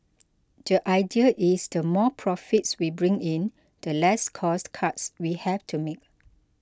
the idea is the more profits we bring in the less cost cuts we have to make